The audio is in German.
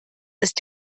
ist